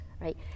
right